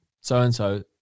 so-and-so